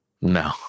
No